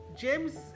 James